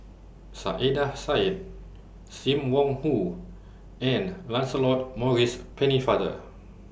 Saiedah Said SIM Wong Hoo and Lancelot Maurice Pennefather